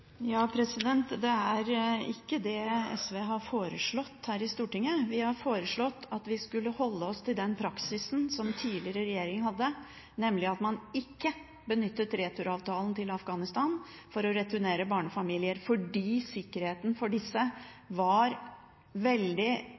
Det er ikke det SV har foreslått her i Stortinget. Vi har foreslått at vi skulle holde oss til den praksisen som tidligere regjeringer hadde, nemlig at man ikke benyttet returavtalen til Afghanistan for å returnere barnefamilier, fordi det var veldig utrygt der. FN advarte og stilte veldig